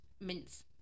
mince